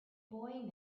boy